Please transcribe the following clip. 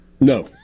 No